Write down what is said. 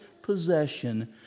possession